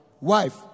Wife